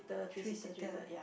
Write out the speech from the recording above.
three seater